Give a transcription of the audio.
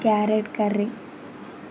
carrot curry